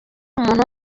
umuntu